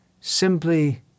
simply